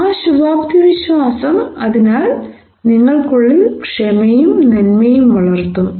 ആ ശുഭാപ്തിവിശ്വാസം അതിനാൽ നിങ്ങൾക്കുള്ളിൽ ക്ഷമയും നന്മയും വളർത്തും